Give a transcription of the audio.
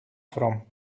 from